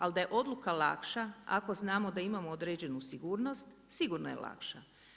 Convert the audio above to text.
Ali da je odluka lakša ako znamo da imamo određenu sigurnost, sigurno je lakša.